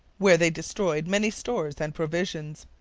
where they destroyed many stores and provisions.